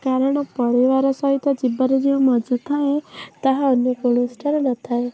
କାରଣ ପରିବାର ସହିତ ଯିବାର ଯୋଉ ମଜାଥାଏ ତାହା ଅନ୍ୟକୌଣସି ଠାରେ ନଥାଏ